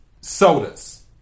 sodas